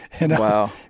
Wow